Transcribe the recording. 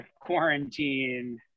quarantine